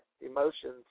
emotions